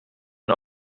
een